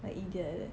like idiot like that